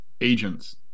Agents